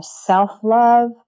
self-love